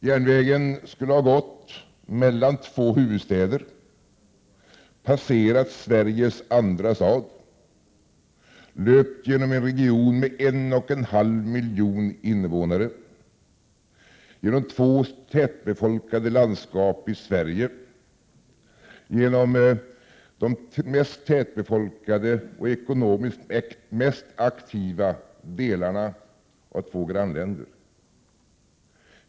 Järnvägen skulle ha gått mellan två huvudstäder, passerat Sveriges andra stad, löpt genom en region med 1,5 miljoner invånare, genom två tätbefolka En framtidsinriktad de landskap i Sverige, genom de mest tätbefolkade och ekonomiskt mest aktiva delarna av två grannländer.